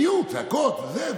היו צעקות וזה,